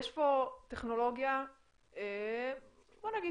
יש פה טכנולוגיה בואו נגיד